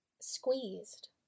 squeezed